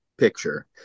picture